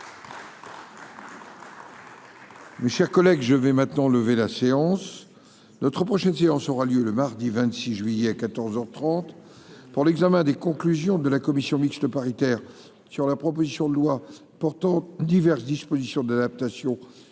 Mes chers collègues, je vais maintenant lever la séance, notre prochaine séance aura lieu le mardi 26 juillet à 14 heures 30 pour l'examen des conclusions de la commission mixte paritaire sur la proposition de loi portant diverses dispositions d'adaptation